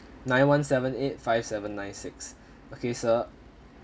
nine one seven eight five seven nine six okay sir